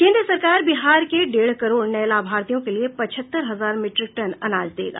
केंद्र सरकार बिहार के डेढ़ करोड़ नये लाभर्थियों के लिये पचहत्तर हजार मीट्रिक टन अनाज देगा